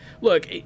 look